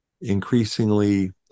increasingly